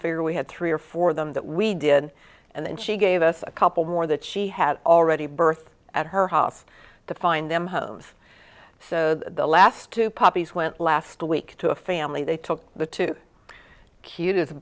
figure we had three or four of them that we didn't and she gave us a couple more that she had already birth at her house to find them homes so the last two puppies went last week to a family they took the two cute